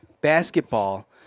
basketball